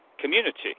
community